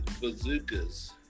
Bazookas